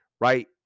right